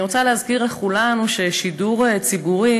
אני רוצה להזכיר לכולנו ששידור ציבורי